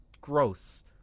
gross